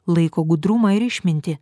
laiko gudrumą ir išmintį